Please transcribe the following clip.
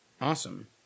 Awesome